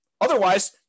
Otherwise